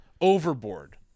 overboard